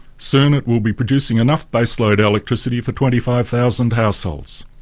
soon it will be producing enough baseload electricity for twenty five thousand households,